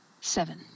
Seven